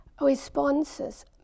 responses